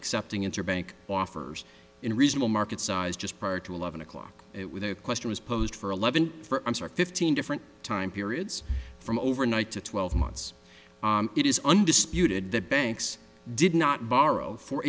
accepting interbank offers in a reasonable market size just prior to eleven o'clock it with a question was posed for eleven for i'm sorry fifteen different time periods from overnight to twelve months it is undisputed that banks did not borrow for